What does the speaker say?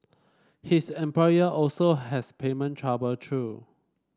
his employer also has payment trouble though